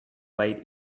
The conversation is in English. late